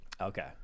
Okay